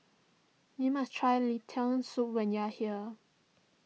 you must try Lentil Soup when you are here